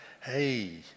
Hey